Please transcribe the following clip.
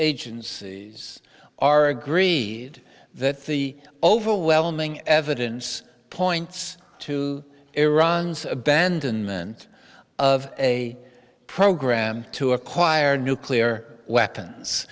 agencies are agree that the overwhelming evidence points to iran's abandonment of a program to acquire nuclear weapons